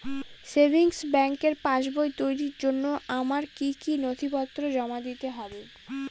Savings ব্যাংকের পাসবই তৈরির জন্য আমার কি কি নথিপত্র জমা দিতে হবে?